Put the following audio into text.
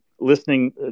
listening